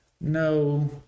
No